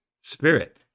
Spirit